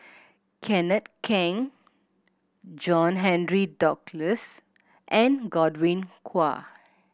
Kenneth Keng John Henry Duclos and Godwin Koay